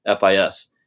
FIS